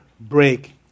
break